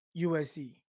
USC